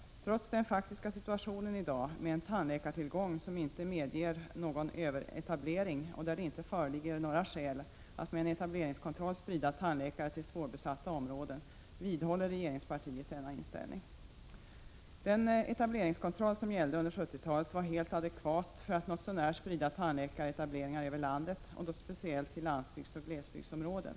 Trots den faktiska situationen i dag, med en tandläkartillgång som inte medger någon överetablering och där det inte föreligger några skäl att med en etableringskontroll sprida tandläkare till svårbesatta områden, vidhåller regeringspartiet denna inställning. Den etableringskontroll som gällde under 70-talet var helt adekvat för att något så när sprida tandläkaretableringar över landet, speciellt till landsbygdsoch glesbygdsområden.